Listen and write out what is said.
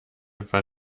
etwa